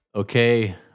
Okay